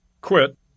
Quit